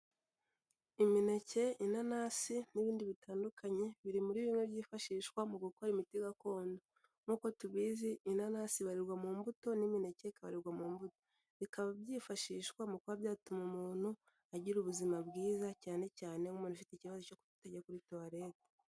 Imineke, inanasi n'ibindi bitandukanye biri muri bimwe byifashishwa mu gukora imiti gakondo, nkuko tubizi inanasi ibarirwa mu mbuto n'imeke ikabarirwa mu mbuto, bikaba byifashishwa mu kuba byatuma umuntu agira ubuzima bwiza cyane cyane umuntu ufite ikibazo cyo kutajya kuri tuwalete.